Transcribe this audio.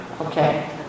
okay